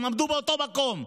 הם עמדו באותו מקום.